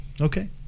Okay